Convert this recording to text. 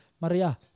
Maria